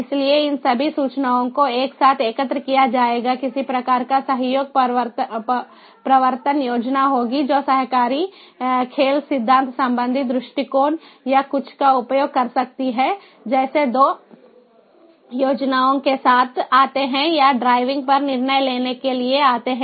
इसलिए इन सभी सूचनाओं को एक साथ एकत्र किया जाएगा किसी प्रकार का सहयोग प्रवर्तन योजना होगी जो सहकारी खेल सिद्धांत संबंधी दृष्टिकोण या कुछ का उपयोग कर सकती है जैसे 2 योजनाओं के साथ आते हैं या ड्राइविंग पर निर्णय लेने के लिए आते हैं